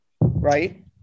right